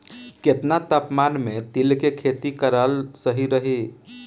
केतना तापमान मे तिल के खेती कराल सही रही?